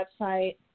website